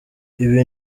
ibi